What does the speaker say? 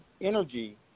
energy